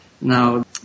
Now